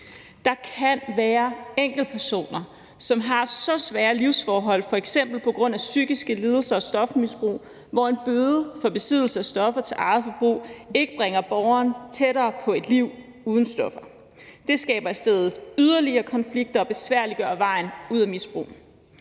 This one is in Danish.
Der kan være enkeltpersoner, som har så svære livsforhold på grund af f.eks. psykiske lidelser og stofmisbrug, at en bøde for besiddelse af stoffer til eget forbrug ikke bringer borgeren tættere på et liv uden stoffer. Det skaber i stedet yderligere konflikt og besværliggør vejen ud af misbruget.